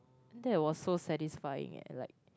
that was so satisfying eh like